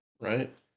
Right